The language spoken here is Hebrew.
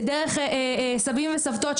אפילו דרך סבים וסבתות.